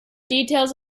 details